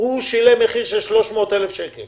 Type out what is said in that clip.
הוא שילם מחיר של 300,000 שקל